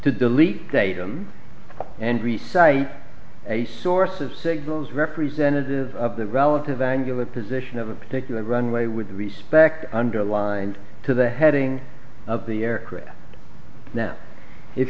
to delete datum and recites a source of signals representative of the relative angular position of a particular runway with respect underlined to the heading of the aircraft now if